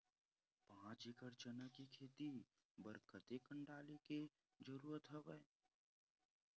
पांच एकड़ चना के खेती बर कते कन डाले के जरूरत हवय?